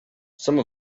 some